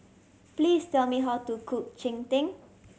please tell me how to cook cheng tng